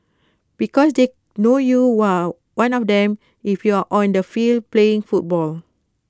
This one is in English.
because they know you are one of them if you are on the field playing football